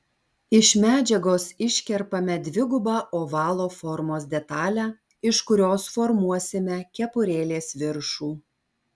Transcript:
iš medžiagos iškerpame dvigubą ovalo formos detalę iš kurios formuosime kepurėlės viršų